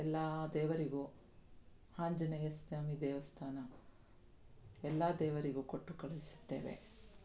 ಎಲ್ಲ ದೇವರಿಗೂ ಆಂಜನೇಯ ಸ್ವಾಮಿ ದೇವಸ್ಥಾನ ಎಲ್ಲ ದೇವರಿಗೂ ಕೊಟ್ಟು ಕಳುಹಿಸುತ್ತೇವೆ